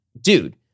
dude